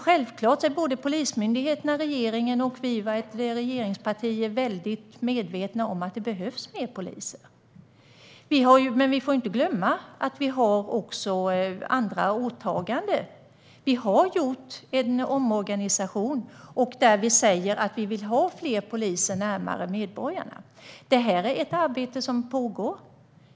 Självklart är både Polismyndigheten, regeringen och regeringspartierna väldigt medvetna om att det behövs fler poliser. Men vi får inte glömma att vi också har andra åtaganden. Vi har gjort en omorganisation där vi säger att vi vill ha fler poliser närmare medborgarna. Det här är ett arbete som pågår.